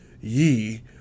ye